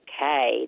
okay